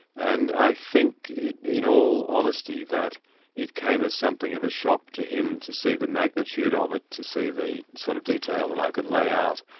and i think in all honesty, that it came as something of a shock to him to see the magnitude ah of it, to see the sort of detail that i could lay out.